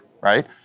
right